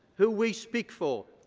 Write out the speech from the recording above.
who we speak for,